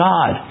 God